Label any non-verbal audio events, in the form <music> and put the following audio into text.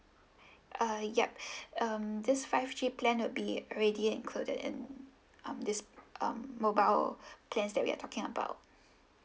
err yup <breath> um this five G plan would be already included in um this um mobile plans that we are talking about